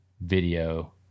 video